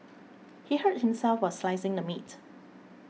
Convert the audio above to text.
he hurt himself while slicing the meat